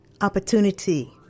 opportunity